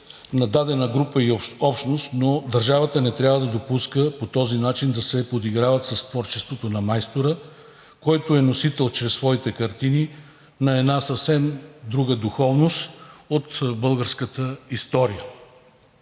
на дадена група и общност, но държавата не трябва да допуска по този начин да се подиграват с творчеството на Майстора, който е носител чрез своите картини на една съвсем друга духовност от българската история.